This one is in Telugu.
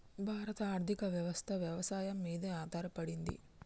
భారత ఆర్థికవ్యవస్ఠ వ్యవసాయం మీదే ఆధారపడింది